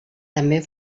també